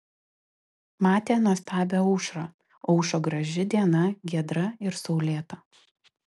matė nuostabią aušrą aušo graži diena giedra ir saulėta